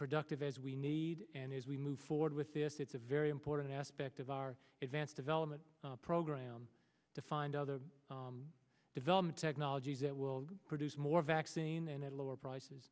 productive as we need and as we move forward with this it's a very important aspect of our advance development program to find other development technologies that will produce more vaccine and at lower prices